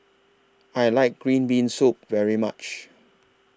I like Green Bean Soup very much